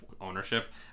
ownership